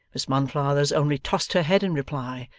miss monflathers only tossed her head in reply,